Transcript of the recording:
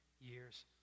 years